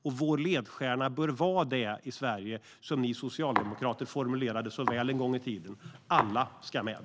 Sveriges ledstjärna bör vara det som ni socialdemokrater formulerade så väl en gång i tiden: Alla ska med.